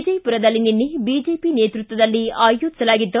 ವಿಜಯಪುರದಲ್ಲಿ ನಿನ್ನೆ ಬಿಜೆಪಿ ನೇತೃತ್ವದಲ್ಲಿ ಆಯೋಜಿಸಲಾಗಿದ್ದ